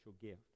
gift